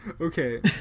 Okay